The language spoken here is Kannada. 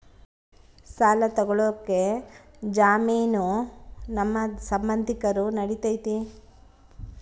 ಸಾಲ ತೊಗೋಳಕ್ಕೆ ಜಾಮೇನು ನಮ್ಮ ಸಂಬಂಧಿಕರು ನಡಿತೈತಿ?